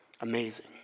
Amazing